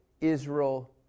Israel